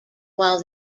while